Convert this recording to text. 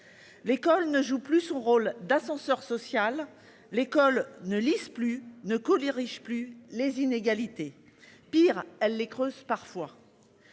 L'école ne joue plus son rôle d'ascenseur social. L'école ne lisent plus ne codirige plus les inégalités. Pire les creuse parfois.